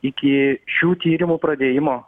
iki šių tyrimo pradėjimo